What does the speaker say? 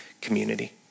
community